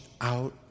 out